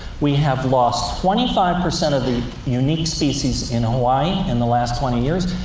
we have lost twenty five percent of the unique species in hawaii in the last twenty years.